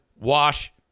wash